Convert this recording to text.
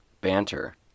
Banter